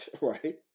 right